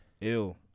Ew